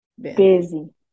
Busy